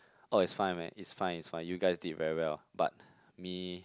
oh it's fine man it's fine it's fine you guys did very well but me